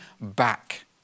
back